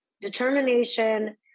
determination